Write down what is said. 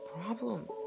problem